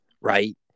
right